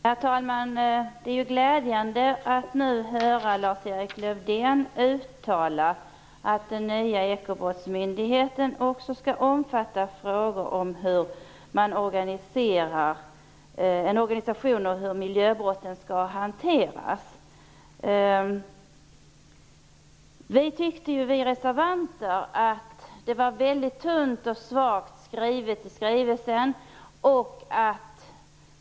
Herr talman! Det är glädjande att nu höra Lars Erik Lövdén uttala att den nya ekobrottsmyndigheten också skall omfatta en organisation för hanteringen av miljöbrotten. Vi reservanter tyckte att skrivelsen var mycket tunn och att skrivningarna var svaga.